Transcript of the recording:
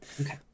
Okay